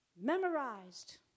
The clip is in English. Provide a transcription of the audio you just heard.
Memorized